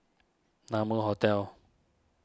Naumi Hotel